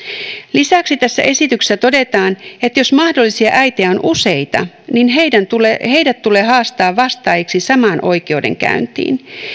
lisäksi tässä esityksessä todetaan että jos mahdollisia äitejä on useita heidät tulee heidät tulee haastaa vastaajiksi samaan oikeudenkäyntiin